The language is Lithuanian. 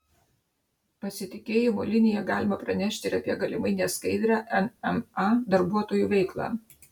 pasitikėjimo linija galima pranešti ir apie galimai neskaidrią nma darbuotojų veiklą